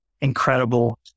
incredible